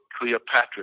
Cleopatra